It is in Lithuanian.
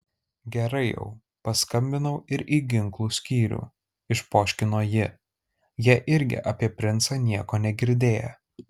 gerai jau paskambinau ir į ginklų skyrių išpoškino ji jie irgi apie princą nieko negirdėję